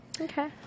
okay